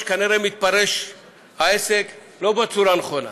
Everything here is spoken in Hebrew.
כנראה העסק לא מתפרש בצורה הנכונה.